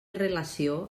relació